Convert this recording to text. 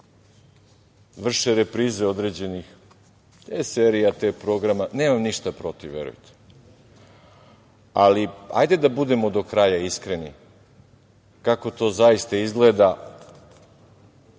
vrše reprize određenih serija, te programa. Nemam ništa protiv, verujte, ali hajde da budemo do kraja iskreni kako to zaista izgleda